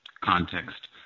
context